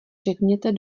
řekněte